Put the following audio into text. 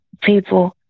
people